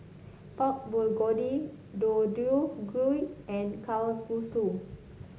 Pork Bulgogi Deodeok Gui and Kalguksu